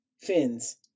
fins